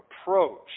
approach